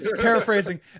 paraphrasing